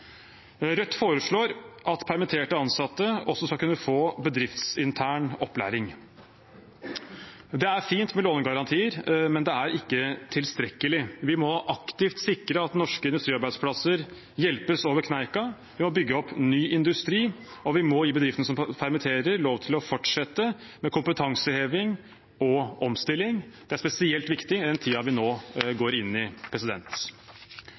Rødt foreslår at permitterte ansatte også skal kunne få bedriftsintern opplæring. Det er fint med lånegarantier, men det er ikke tilstrekkelig. Vi må aktivt sikre at norske industriarbeidsplasser hjelpes over kneika ved å bygge opp ny industri, og vi må gi bedriftene som permitterer, lov til å fortsette med kompetanseheving og omstilling. Det er spesielt viktig i den tiden vi nå går inn i.